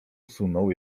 usunął